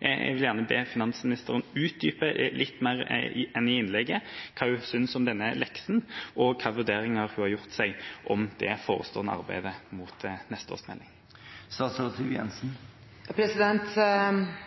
Jeg vil gjerne be finansministeren utdype litt mer enn i innlegget sitt hva hun synes om denne leksen, og hvilke vurderinger hun har gjort seg om det forestående arbeidet fram mot neste års melding.